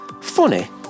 funny